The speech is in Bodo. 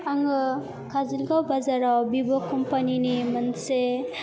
आङो काजलगाव बाजाराव भीभ' कम्पानिनि मोनसे